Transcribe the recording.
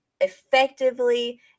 effectively